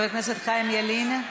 חבר הכנסת חיים ילין.